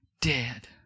dead